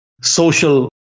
social